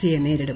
സിയെ നേരിടും